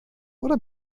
oder